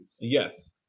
Yes